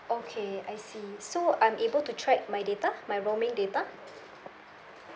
oh okay I see so I'm able to track my data my roaming data